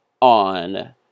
on